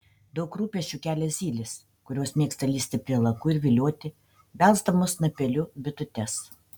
daug rūpesčių kelia zylės kurios mėgsta lįsti prie lakų ir vilioti belsdamos snapeliu bitutes